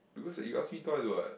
becuase you asked me twice [what]